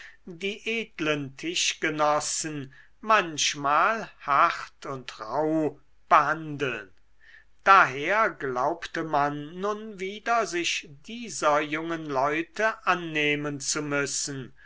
die edlen tischgenossen manchmal hart und rauh behandeln daher glaubte man nun wieder sich dieser jungen leute annehmen zu müssen